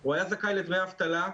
הוא היה זכאי לדמי אבטלה,